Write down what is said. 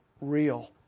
real